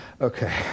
Okay